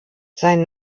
sein